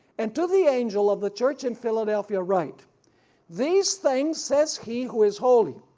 and to the angel of the church in philadelphia write these things says he who is holy,